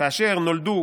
כאשר נולדו